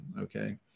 Okay